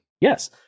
Yes